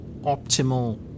optimal